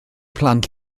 plant